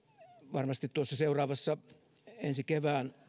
varmasti tuossa seuraavassa ensi kevään